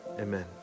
amen